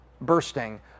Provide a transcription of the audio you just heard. bursting